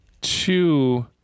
two